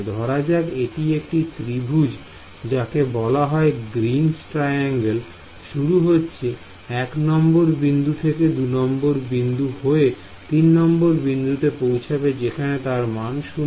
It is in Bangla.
ধরা যাক এটি একটি ত্রিভুজ যাকে বলা হয় গ্রীন ট্রায়াঙ্গেল শুরু হচ্ছে এক নম্বর বিন্দু থেকে দুনম্বর বিন্দু হয়ে তিন নম্বরে পৌঁছেছে যেখানে তার মান 0